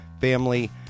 family